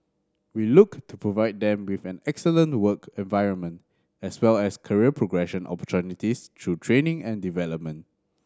we look to provide them with an excellent work environment as well as career progression opportunities through training and development